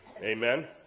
Amen